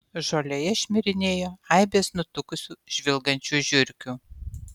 žolėje šmirinėjo aibės nutukusių žvilgančių žiurkių